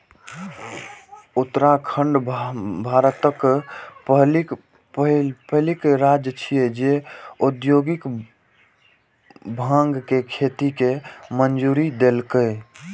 उत्तराखंड भारतक पहिल राज्य छियै, जे औद्योगिक भांग के खेती के मंजूरी देलकै